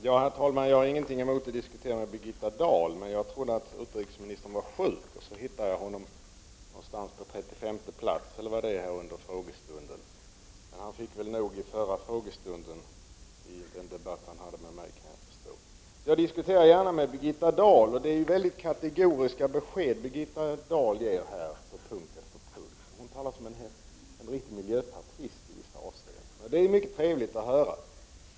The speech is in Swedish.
Herr talman! Jag har inget emot att diskutera med Birgitta Dahl, men först trodde jag att utrikesministern var sjuk. Sedan fann jag hans namn längre ned på dagens lista över alla frågor. Jag kan förstå att utrikesministern fick nog av mig vid vår debatt förra frågestunden. Jag diskuterar, som sagt, gärna med Birgitta Dahl. Hon kommer med väldigt kategoriska besked på punkt efter punkt och talar som en riktig miljöpartist i vissa avseenden, och det är mycket trevligt att höra.